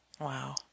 Wow